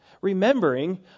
remembering